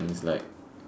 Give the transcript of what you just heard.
it's like